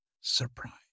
surprise